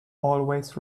always